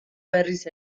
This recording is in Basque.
berriz